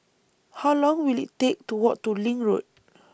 How Long Will IT Take to Walk to LINK Road